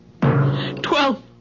Twelve